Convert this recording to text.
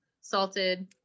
salted